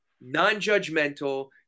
non-judgmental